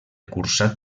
cursat